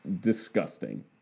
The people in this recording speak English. disgusting